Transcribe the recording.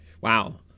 Wow